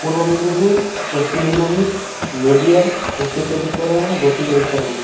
Purba Medinipur Paschim Medinipur Nadia Uttar Chabbish Pargana Dakshin Chabbish Pargana